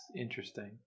interesting